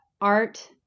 art